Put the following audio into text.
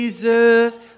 Jesus